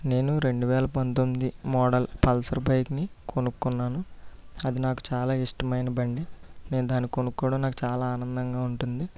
నేను రెండు వేల పంతొమ్మిది మోడల్ పల్సర్ బైక్ని కొనుక్కున్నాను అది నాకు చాలా ఇష్టమైన బండి నేను దాన్ని కొనుక్కోవడం నాకు చాలా ఆనందంగా ఉంటుంది